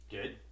Good